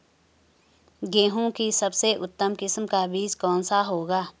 गेहूँ की सबसे उत्तम किस्म का बीज कौन सा होगा?